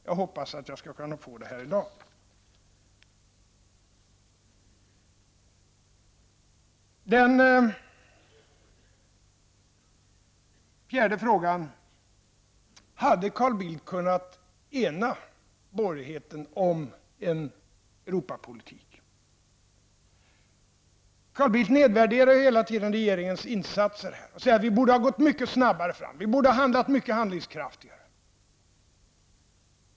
Jag hoppas att jag skall kunna få det här i dag. Hade Carl Bildt kunnat ena borgerligheten om en Europapolitik? Carl Bildt nedvärderar hela tiden regeringens insatser och säger att vi borde ha gått mycket snabbare fram, att vi borde ha agerat mycket handlingskraftigare.